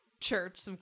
church